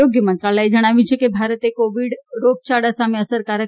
આરોગ્ય મંત્રાલયે જણાવ્યું છે કે ભારતે કોવિડ રોગયાળા સામે અસરકારક